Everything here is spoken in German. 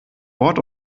wort